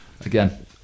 again